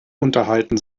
unterhalten